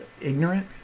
ignorant